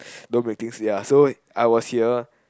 don't make things ya so I was here